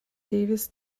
davis